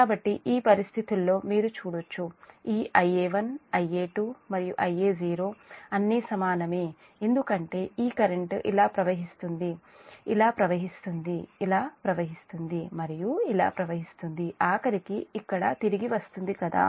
కాబట్టి ఈ పరిస్థితుల్లో మీరు చూడొచ్చు ఈ Ia1 Ia2 మరియు Ia0 అన్నీ సమానమే ఎందుకంటే ఈ కరెంట్ ఇలా ప్రవహిస్తుంది ఇలా ప్రవహిస్తుంది ఇలా ప్రవహిస్తుంది మరియు ఇలా ప్రవహిస్తుంది ఆఖరికి ఇక్కడికి తిరిగి వస్తుంది కదా